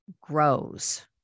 grows